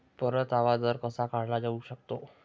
परतावा दर कसा काढला जाऊ शकतो?